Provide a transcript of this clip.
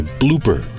Blooper